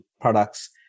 products